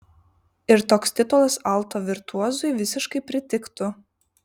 ir toks titulas alto virtuozui visiškai pritiktų